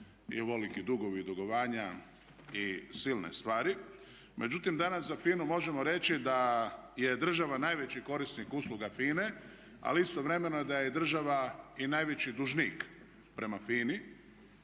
i ovoliki dugovi i dugovanja i silne stvari. Međutim, danas za FINA-u možemo reći da je država najveći korisnik usluga FINA-e ali istovremeno da je država i najveći dužnik prema FINA-i.